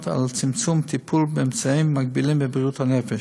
על צמצום טיפול באמצעים מגבילים בבריאות הנפש,